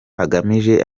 agamije